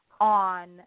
on